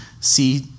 See